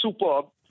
superb